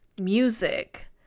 music